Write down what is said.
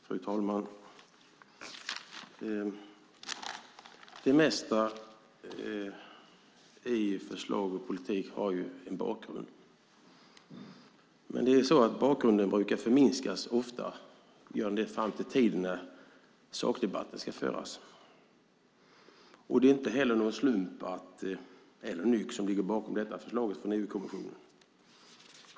Fru talman! Det mesta i förslag och politik har en bakgrund. Bakgrunden brukar ofta förminskas fram till tiden då sakdebatten ska föras. Det är inte heller någon slump eller nyck som ligger bakom detta förslag från EU-kommissionen.